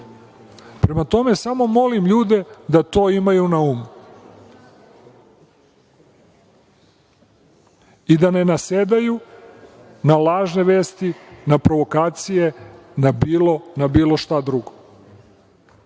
gripa. Prema tome, samo molim ljude da to imaju na umu i da ne nasedaju na lažne vesti, na provokacije na bilo šta drugo,